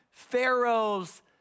Pharaoh's